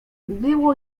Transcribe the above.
było